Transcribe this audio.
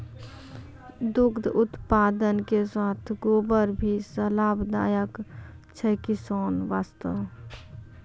दुग्ध उत्पादन के साथॅ गोबर भी लाभदायक छै किसान वास्तॅ